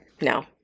No